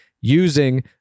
using